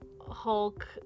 Hulk